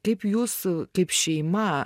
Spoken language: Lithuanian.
kaip jūs kaip šeima